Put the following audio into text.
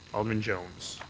alderman jones.